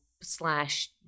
slash